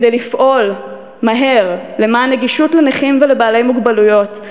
לפעול מהר למען נגישות לנכים ולבעלי מוגבלויות,